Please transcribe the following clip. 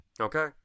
Okay